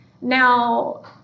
Now